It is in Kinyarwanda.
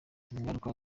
ingaruka